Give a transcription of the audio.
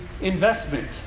investment